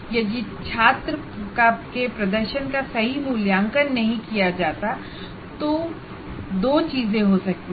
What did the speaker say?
यदि छात्र के प्रदर्शन का सही मूल्यांकन नहीं किया जाता है तो दो चीजें हो सकती हैं